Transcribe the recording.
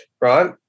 right